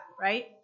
right